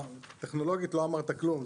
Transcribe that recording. טכנולוגית לא אמרת כלום,